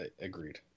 Agreed